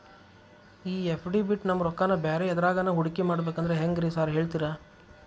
ಈ ಎಫ್.ಡಿ ಬಿಟ್ ನಮ್ ರೊಕ್ಕನಾ ಬ್ಯಾರೆ ಎದ್ರಾಗಾನ ಹೂಡಿಕೆ ಮಾಡಬೇಕಂದ್ರೆ ಹೆಂಗ್ರಿ ಸಾರ್ ಹೇಳ್ತೇರಾ?